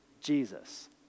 Jesus